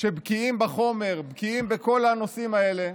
שבקיאים בחומר, בקיאים בכל הנושאים האלה,